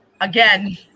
Again